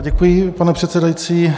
Děkuji, pane předsedající.